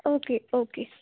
okay okay